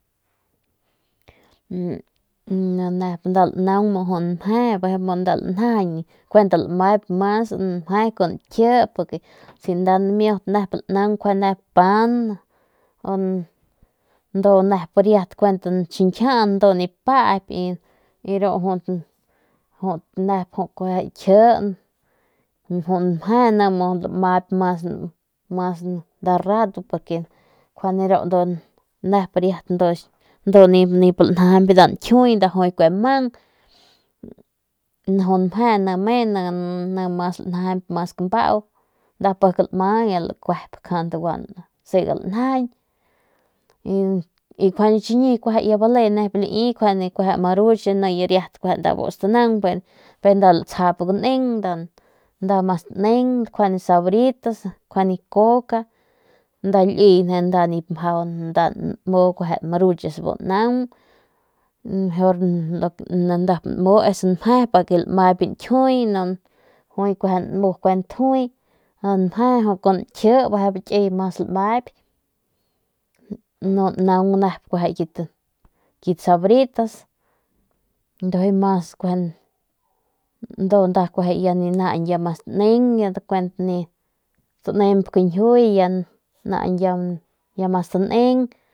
Nda naun mje mu nda lanjajaiñ kuent mas lmap mje con kie si nda lnaun dimiut pan ni biu nipo lanjajiñ bi mje ne mas lmap ya lanjajiñ mas cabau pok lma kjan siga lanjajiñ asta ke ganjua pero chi ya lii ki maruchan ya ni biu stanan pero ni biu nip paik nda mas lnin kjuende sabritas kjuende coca nda liey nip mjau deru lnan mejor nep nmu es mje nmaip nkijiuy ntjui amje con kie no nan kit sabritas ndoji mas kuje mas tnin ya mas tanin.